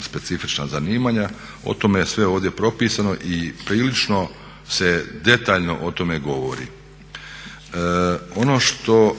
specifična zanimanja, o tome je sve ovdje propisano i prilično se detaljno o tome govori. Ono što